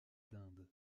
dinde